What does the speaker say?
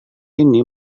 ini